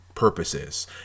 purposes